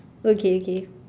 okay okay